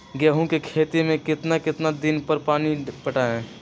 गेंहू के खेत मे कितना कितना दिन पर पानी पटाये?